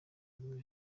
buri